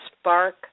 spark